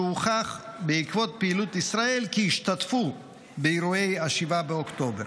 שהוכח בעקבות פעילות ישראל כי השתתפו באירועי 7 באוקטובר.